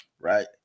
right